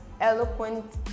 eloquent